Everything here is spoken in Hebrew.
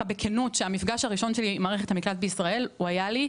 בכנות שהמפגש הראשון שלי עם מערכת המקלט בישראל היה לי,